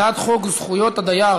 הצעת חוק זכויות הדייר